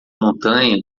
montanha